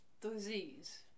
disease